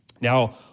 Now